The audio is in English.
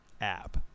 app